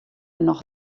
noch